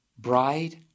Bride